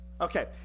Okay